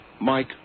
Mike